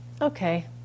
okay